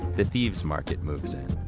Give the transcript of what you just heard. the thieves market moves in.